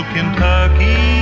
Kentucky